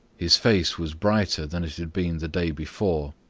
his face was brighter than it had been the day before.